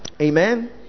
Amen